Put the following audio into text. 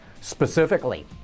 Specifically